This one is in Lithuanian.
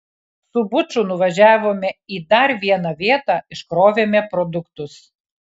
su buču nuvažiavome į dar vieną vietą iškrovėme produktus